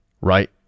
right